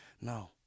No